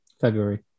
february